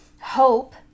hope